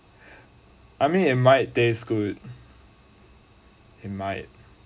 I mean it might taste good it might